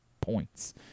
points